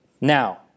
now